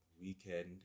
weekend